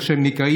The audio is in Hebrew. כמו שהם נקראים,